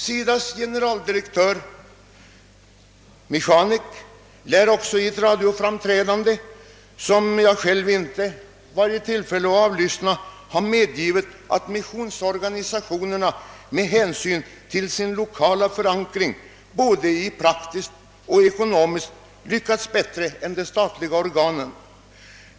SIDA:s generaldirektör Michanek lär också i ett radioframträdande, som jag själv inte varit i tillfälle att avlyssna, ha medgivit att missionsorganisationerna med hänsyn till sin lokala förankring både praktiskt och ekonomiskt lyckats bättre än de statliga organen.